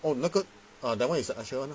oh 那个 uh that [one] is the assurance [one]